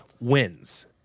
wins